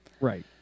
Right